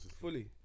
Fully